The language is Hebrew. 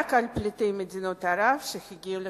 רק על פליטי מדינות ערב שהגיעו לכאן.